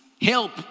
help